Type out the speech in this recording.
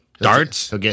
darts